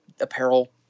apparel